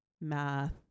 math